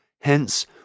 Hence